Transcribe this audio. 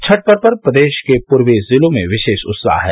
छठ पर्व पर प्रदेश के पूर्वी जिलों में विशेष उत्साह है